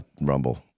Rumble